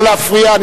נא לא להפריע.